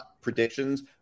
predictions